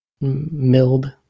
milled